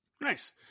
Nice